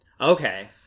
okay